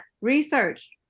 research